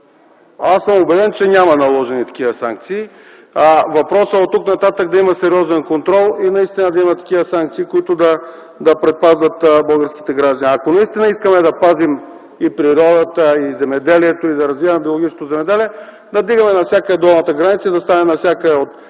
Аз съм убеден, че няма наложени такива санкции. Въпросът е оттук нататък да има сериозен контрол и наистина да има такива санкции, които да предпазват българските граждани. Ако наистина искаме да пазим и природата, и земеделието, и да развиваме биологичното земеделие, да вдигаме навсякъде долната граница и да стане навсякъде